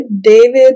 David